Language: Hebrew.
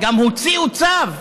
הוציאו גם צו,